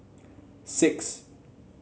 six